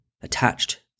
attached